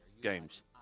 games